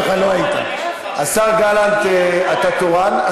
השר גלנט, אתה תורן?